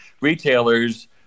retailers